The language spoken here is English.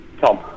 Tom